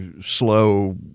slow